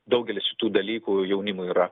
daugelis šitų dalykų jaunimui yra